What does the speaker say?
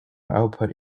output